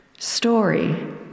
Story